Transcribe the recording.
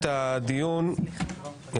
(הישיבה נפסקה בשעה 10:54 ונתחדשה בשעה 11:10.) אני מחדש את הדיון.